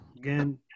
again